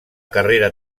carrera